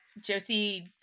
Josie